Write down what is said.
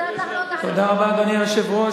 אדוני היושב-ראש,